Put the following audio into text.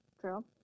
true